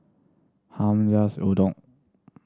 Hamp loves Udon